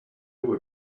were